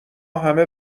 همه